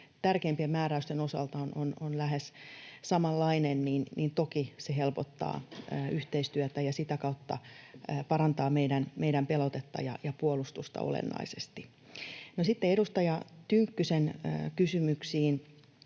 tärkeimpien määräysten osalta lähes samanlainen, toki helpottaa yhteistyötä ja sitä kautta parantaa meidän pelotettamme ja puolustustamme olennaisesti. Sitten edustaja Tynkkysen yksityiskohtaisiin